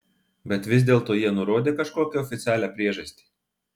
bet vis dėlto jie nurodė kažkokią oficialią priežastį